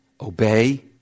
Obey